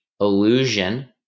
illusion